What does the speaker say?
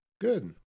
good